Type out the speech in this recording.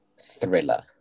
thriller